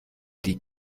die